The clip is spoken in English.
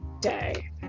day